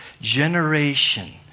generation